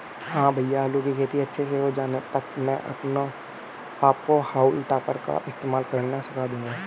हां भैया आलू की खेती अच्छे से हो जाने तक मैं आपको हाउल टॉपर का इस्तेमाल करना सिखा दूंगा